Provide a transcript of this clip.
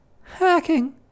hacking